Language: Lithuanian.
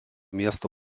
miesto